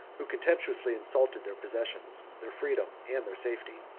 who contemptuously insulted their possessions, their freedom, and their safety.